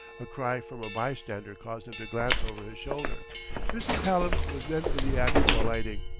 a cry from a bystander caused him to glance over his shoulder mrs. hallam was then in the act of alighting.